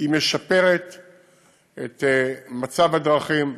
היא משפרת את מצב הדרכים,